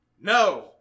No